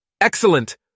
Excellent